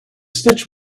stitch